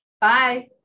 Bye